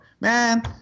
Man